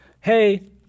Hey